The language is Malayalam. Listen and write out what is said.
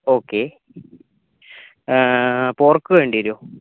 ഓക്കേ പോർക്ക് വേണ്ടി വരുമോ